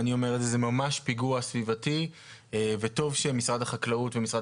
זה ממש פיגוע סביבתי וטוב שמשרד החקלאות והמשרד